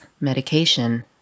medication